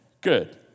good